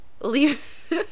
Leave